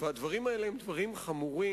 והדברים האלה הם דברים חמורים,